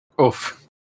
oof